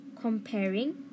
comparing